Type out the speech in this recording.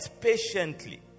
patiently